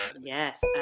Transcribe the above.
Yes